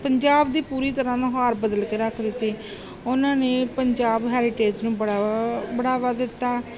ਪੰਜਾਬ ਦੀ ਪੂਰੀ ਤਰ੍ਹਾਂ ਨੁਹਾਰ ਬਦਲ ਕੇ ਰੱਖ ਦਿੱਤੀ ਉਹਨਾਂ ਨੇ ਪੰਜਾਬ ਹੈਰੀਟੇਜ ਨੂੰ ਬੜ੍ਹਾਵਾ ਬੜ੍ਹਾਵਾ ਦਿੱਤਾ